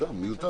בחדר